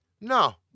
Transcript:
No